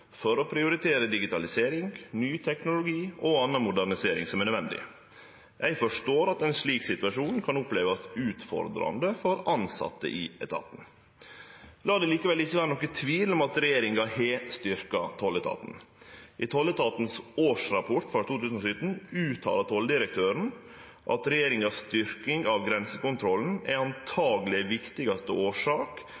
for å prioritere digitalisering, ny teknologi og anna modernisering som er nødvendig. Eg forstår at ein slik situasjon kan opplevast utfordrande for tilsette i etaten. La det likevel ikkje vere nokon tvil om at regjeringa har styrkt tolletaten. I tolletaten sin årsrapport for 2017 uttaler tolldirektøren at regjeringa si styrking av grensekontrollen antakeleg er